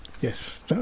Yes